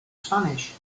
spanish